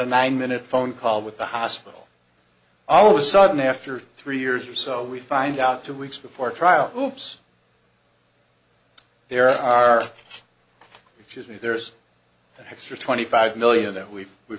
a nine minute phone call with the hospital always sudden after three years or so we find out two weeks before trial oops there are just me there's that extra twenty five million that we've we